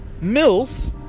Mills